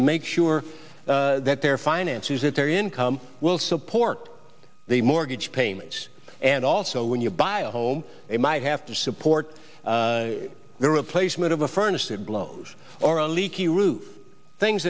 to make sure that their finances if they're income will support the mortgage payments and also when you buy a home they might have to support the replacement of a furnace and blow or a leaky roof things